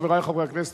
חברי חברי הכנסת,